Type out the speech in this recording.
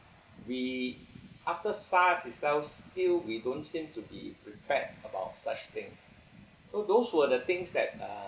we after SARS itself still we don't seem to be prepared about such thing so those were the things that uh